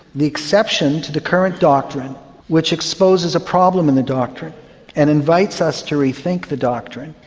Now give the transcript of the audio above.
the exception to the current doctrine which exposes a problem in the doctrine and invites us to rethink the doctrine.